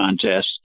contest